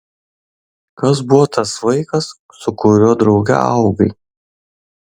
kas buvo tas vaikas su kuriuo drauge augai